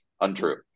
untrue